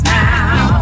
now